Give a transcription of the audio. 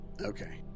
Okay